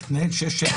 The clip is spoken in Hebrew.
מתנהל שש,